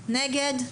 נגד?